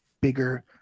bigger